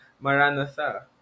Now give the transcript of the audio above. Maranatha